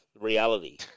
reality